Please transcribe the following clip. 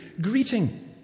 greeting